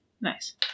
Nice